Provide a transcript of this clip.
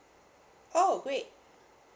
oh wait